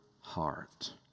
heart